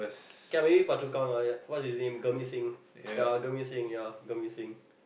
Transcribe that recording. yeah maybe Phua-Chu-Kang ah yeah what's his name Gurmit-Singh yeah Gurmit-Singh yeah Gurmit-Singh